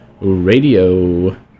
Radio